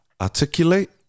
Articulate